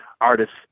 artists